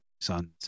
sons